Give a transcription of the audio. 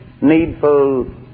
needful